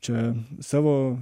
čia savo